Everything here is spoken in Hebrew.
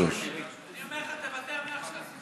אני אומר לך, תוותר מעכשיו.